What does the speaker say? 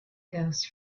gas